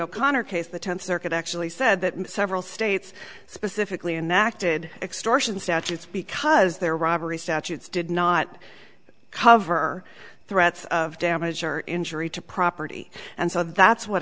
o'connor case the tenth circuit actually said that several states specifically and acted extortion statutes because there robbery statutes did not cover threats of damage or injury to property and so that's what